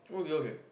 okay okay